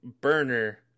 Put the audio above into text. burner